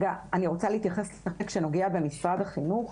אני רוצה להתייחס למשרד החינוך.